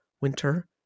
Winter